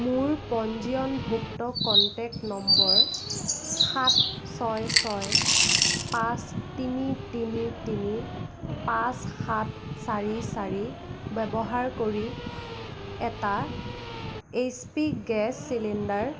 মোৰ পঞ্জীয়নভুক্ত contact number সাত ছয় ছয় পাঁচ তিনি তিনি তিনি পাঁচ সাত চাৰি চাৰি ব্যৱহাৰ কৰি এটা এইচপি গেছ চিলিণ্ডাৰ